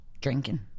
drinking